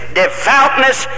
devoutness